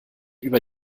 über